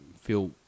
feel